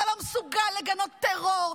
אתה לא מסוגל לגנות טרור,